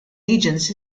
agents